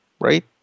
right